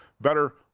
better